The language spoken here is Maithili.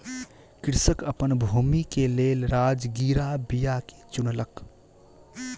कृषक अपन भूमि के लेल राजगिरा बीया के चुनलक